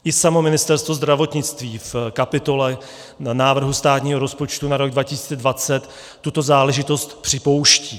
I samo Ministerstvo zdravotnictví v kapitole návrhu státního rozpočtu na rok 2020 tuto záležitost připouští.